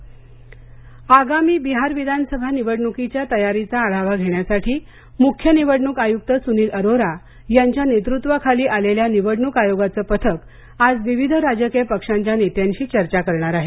बिहार निवडणूक आयोग आगामी बिहार विधानसभा निवडणुकीच्या तयारीचा आढावा घेण्यासाठी मुख्य निवडणूक आयुक्त सुनील अरोरा यांच्या नेतृत्वाखाली आलेल्या निवडणूक आयोगाचं पथक आज विविध राजकीय पक्षांच्या नेत्यांशी चर्चा करणार आहे